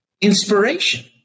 inspiration